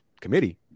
committee